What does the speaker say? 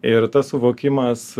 ir tas suvokimas